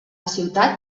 ciutat